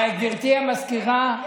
גברתי המזכירה.